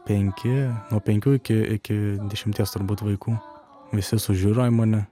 penki nuo penkių iki iki dešimties turbūt vaikų visi sužiuro į mane